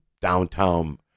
downtown